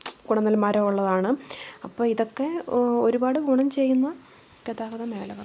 ഗുണനിലവാരം ഉള്ളതാണ് അപ്പം ഇതൊക്കെ ഒരുപാട് ഗുണം ചെയ്യുന്ന ഗതാഗത മാര്ഗങ്ങളാണ്